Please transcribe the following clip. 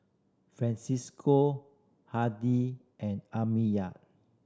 Francisco Handy and Amiyah